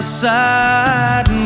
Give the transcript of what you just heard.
side